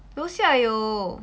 楼下有